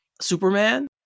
Superman